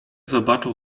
zobaczą